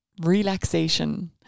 relaxation